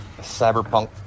cyberpunk